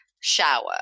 shower